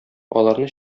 аларны